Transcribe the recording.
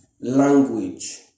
language